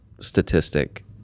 statistic